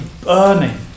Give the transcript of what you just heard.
burning